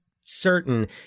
certain